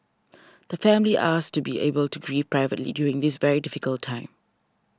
the family asks to be able to grieve privately during this very difficult time